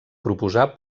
proposar